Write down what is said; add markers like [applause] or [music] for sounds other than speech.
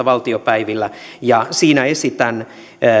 [unintelligible] valtiopäivillä siinä esitän